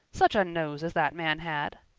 such a nose as that man had!